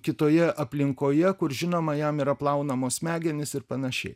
kitoje aplinkoje kur žinoma jam yra plaunamos smegenys ir panašiai